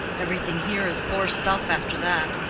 everything here is poor stuff after that.